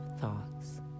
thoughts